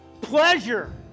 pleasure